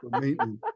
Maintenance